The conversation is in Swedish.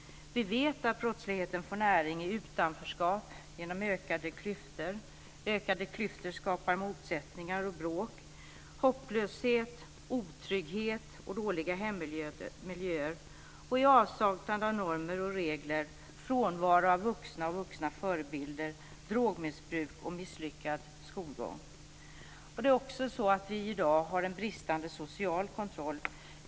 Vi vet att brottsligheten får näring i utanförskap genom ökade klyftor - och ökade klyftor skapar motsättningar och bråk - hopplöshet, otrygghet och dåliga hemmiljöer, avsaknaden av normer och regler, frånvaro av vuxna och vuxnas förebilder, drogmissbruk och misslyckad skolgång. Det är också så att vi i dag har en bristande social kontroll.